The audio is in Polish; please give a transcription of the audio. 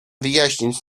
wyjaśnić